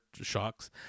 shocks